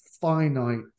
finite